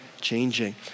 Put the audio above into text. changing